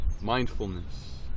Mindfulness